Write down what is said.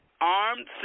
armed